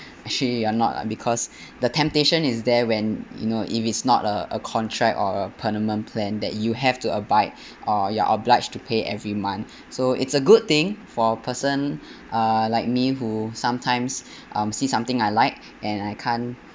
actually you are not ah because the temptation is there when you know if it's not a a contract or a permanent plan that you have to abide or you are obliged to pay every month so it's a good thing for a person uh like me who sometimes um see something I like and I can't